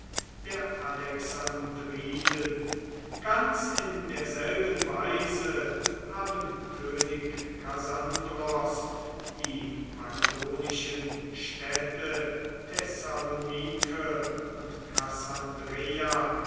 der alexandriden ganz in derselben weise haben könig kassandros die makedonischen städte thessalonike und kassandreia